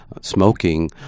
smoking